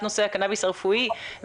על רפורמות בתחומים שונים ואחרים,